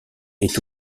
est